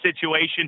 situation